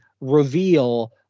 reveal